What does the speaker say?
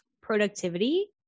productivity